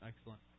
Excellent